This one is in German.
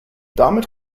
damit